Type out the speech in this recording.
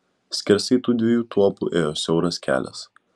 skersai tų dviejų tuopų ėjo siauras kelias